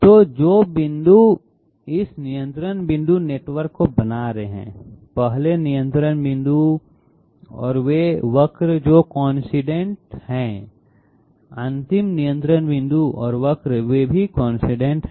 तो जो बिंदु इस नियंत्रण बिंदु नेटवर्क को बना रहे हैं पहले नियंत्रण बिंदु और वे वक्र जो कोइंसीडेंट हैं अंतिम नियंत्रण बिंदु और वक्र वे भी कोइंसीडेंट हैं